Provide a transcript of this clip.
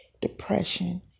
depression